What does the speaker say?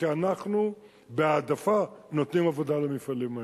כי אנחנו בהעדפה נותנים עבודה למפעלים האלה.